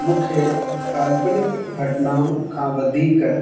मूंखे काल्पनिक घटनाउनि खां वधीक